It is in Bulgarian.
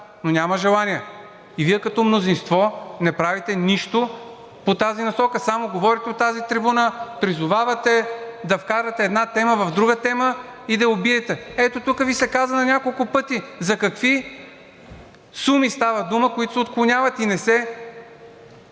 но няма желание. И Вие като мнозинство не правите нищо в тази насока, само говорите от тази трибуна, призовавате да вкарате една тема в друга тема и да я убиете. Ето, тук Ви се каза на няколко пъти за какви суми става дума, които се отклоняват и не се